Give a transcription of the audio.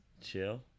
chill